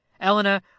eleanor